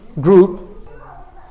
group